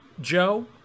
Joe